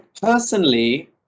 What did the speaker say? personally